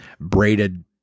braided